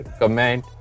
comment